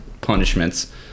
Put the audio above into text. punishments